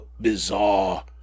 bizarre